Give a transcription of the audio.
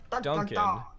Duncan